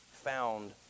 found